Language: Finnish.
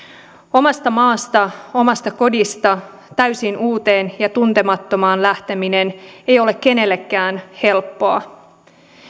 omasta maasta omasta kodista täysin uuteen ja tuntemattomaan lähteminen ei ole kenellekään helppoa